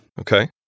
Okay